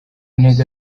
ntego